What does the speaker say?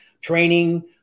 training